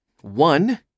One